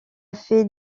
fait